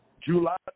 July